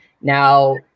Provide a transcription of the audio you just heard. Now